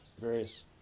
various